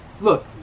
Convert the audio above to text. look